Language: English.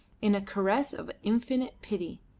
in a caress of infinite pity.